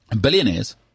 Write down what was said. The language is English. billionaires